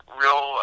real